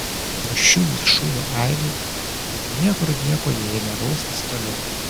nuščiuvus šūvio aidui lyg niekur nieko jie ėmė raustis toliau